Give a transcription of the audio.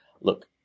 look